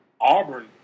Auburn